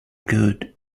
good